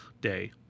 Day